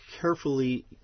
carefully